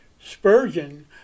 Spurgeon